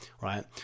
right